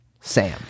Sam